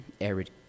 arid